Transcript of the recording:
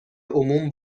عموم